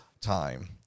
time